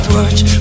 Watch